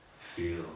feel